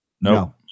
No